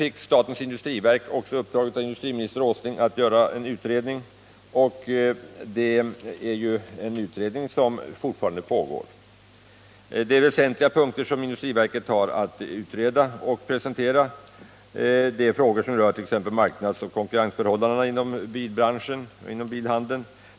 Också statens industriverk fick i uppdrag av förre industriministern Åsling att göra en utredning, som fortfarande pågår. Det är väsentliga punkter som industriverket har att utreda. Det är t.ex. frågor som rör marknadsoch konkurrensförhållandena inom biltillverkningen och inom bilhandeln.